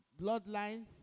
bloodlines